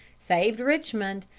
saved richmond,